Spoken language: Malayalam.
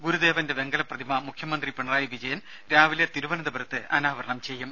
ഗുരുദേവന്റെ വെങ്കല പ്രതിമ മുഖ്യമന്ത്രി പിണറായി വിജയൻ രാവിലെ തിരുവനന്തപുരത്ത് അനാവരണം ചെയ്യും